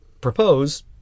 propose